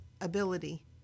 ability